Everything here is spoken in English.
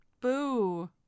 Boo